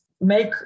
make